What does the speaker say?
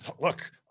look